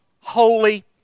holy